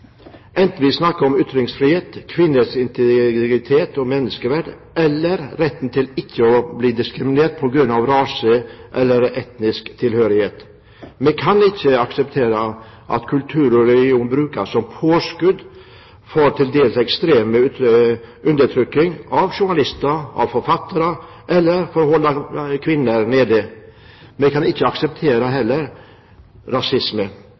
enten vi snakker om ytringsfrihet, kvinners integritet og menneskeverd, eller retten til ikke å bli diskriminert på grunn av rase eller etnisk tilhørighet. Vi kan ikke akseptere at kultur og religion brukes som påskudd for til dels ekstrem undertrykking av journalister, av forfattere eller for å holde kvinner nede. Vi kan heller ikke akseptere rasisme.